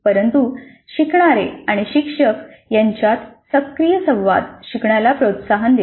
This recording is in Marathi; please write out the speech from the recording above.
परंतु शिकणारे आणि शिक्षक यांच्यात सक्रिय संवाद शिकण्याला प्रोत्साहन देईल